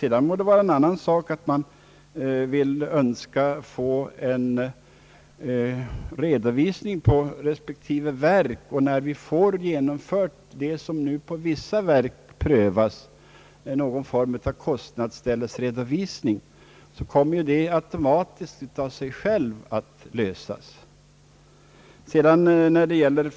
En annan sak är att man kan önska att vi överlag fick en redovisning från respektive verk, vilket nu prövas i vissa verk i form av kostnadsställesredovisning. Då kommer detta problem att lösas av sig själv.